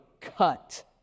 cut